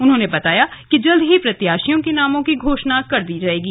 उन्होंने बताया कि जल्द ही प्रत्याशियों के नामों की घोषणा कर दी जाएगी